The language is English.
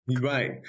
right